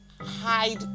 hide